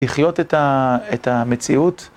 לחיות את המציאות.